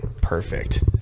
perfect